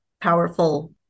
powerful